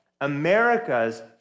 America's